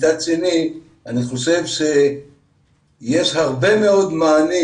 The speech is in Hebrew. מצד שני אני חושב שיש הרבה מאוד מענים